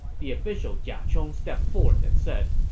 the official jia chong stepped forth and said,